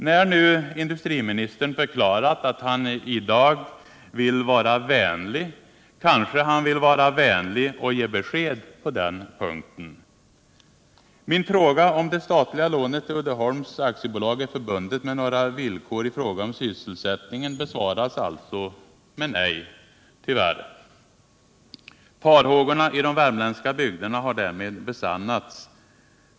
När nu industriministern har förklarat att han i dag vill vara vänlig, kanske han vill vara vänlig och ge besked på den punkten. Min fråga, om det statliga lånet till Uddeholms AB är förbundet med några villkor i fråga om sysselsättningen, besvaras alltså tyvärr med nej. Farhågorna i de värmländska bygderna har därmed besannats.